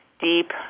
deep